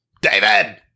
David